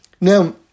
Now